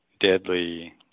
deadly